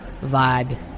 vibe